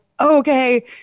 Okay